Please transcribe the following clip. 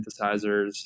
synthesizers